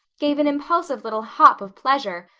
gave an impulsive little hop of pleasure.